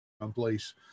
someplace